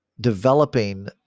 developing